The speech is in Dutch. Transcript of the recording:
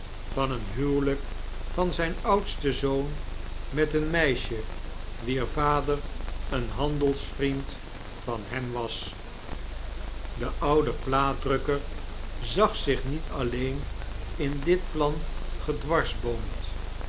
van een huwelijk van zjjn oudsten zoon met een meisje wier vader een handelsvriend van hem was de oude plaatdrukker zag zich niet alleen in ditplangedwarsboomd maar